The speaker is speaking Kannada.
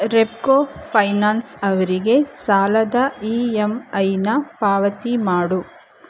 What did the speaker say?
ರೆಪ್ಕೋ ಫೈನಾನ್ಸ್ ಅವರಿಗೆ ಸಾಲದ ಈ ಎಮ್ ಐನ ಪಾವತಿ ಮಾಡು